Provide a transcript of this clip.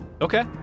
okay